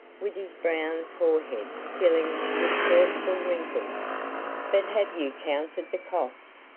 with his brown forehead filling with thoughtful wrinkles but have you counted the cost?